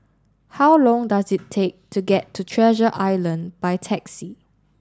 how long does it take to get to Treasure Island by taxi